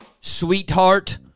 Sweetheart